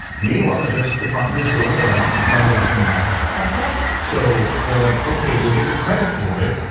meanwhile, the justice department is going around trying to lock them back up. that's right. so they're like, okay, we'll get the credit for it,